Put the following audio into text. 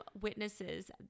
witnesses